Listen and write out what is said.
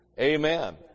Amen